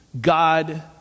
God